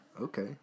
Okay